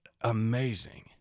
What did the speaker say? amazing